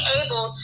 able